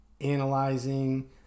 analyzing